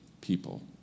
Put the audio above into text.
people